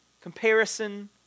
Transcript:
comparison